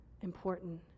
important